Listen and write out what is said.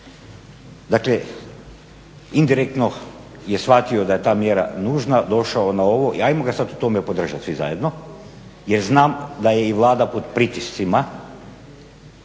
Dakle indirektno je shvatio da je ta mjera nužna, došao na ovo i ajmo ga sada u tome podržati svi zajedno jer znam da je i Vlada pod pritiscima